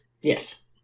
Yes